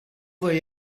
they